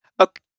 okay